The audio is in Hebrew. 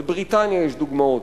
בבריטניה יש דוגמאות,